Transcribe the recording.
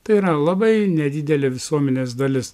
tai yra labai nedidelė visuomenės dalis